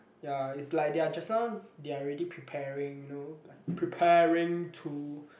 ya is like they are just now they are already preparing you know like preparing to